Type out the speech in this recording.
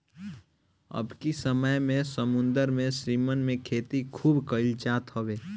अबकी समय में समुंदर में श्रिम्प के खेती खूब कईल जात हवे